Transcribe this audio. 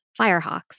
firehawks